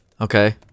Okay